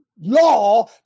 law